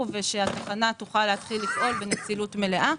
ושהתחנה תוכל להתחיל לפעול בנצילות מלאה.